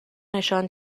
نشان